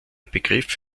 begriff